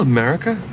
America